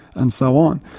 and so on.